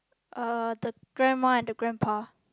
uh the grandma and the grandpa